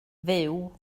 fyw